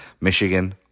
Michigan